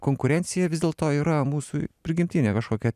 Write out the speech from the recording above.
konkurencija vis dėlto yra mūsų prigimtinė kažkokia